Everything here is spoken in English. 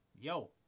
yo